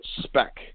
spec